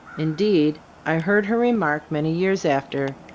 indeed, i heard her remark many years after,